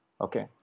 okay